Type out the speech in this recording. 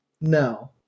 no